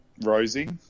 Rosie